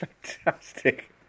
fantastic